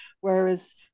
whereas